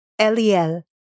Eliel